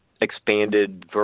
expanded